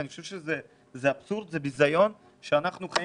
ואני חושב שזה אבסורד וביזיון שאנחנו חיים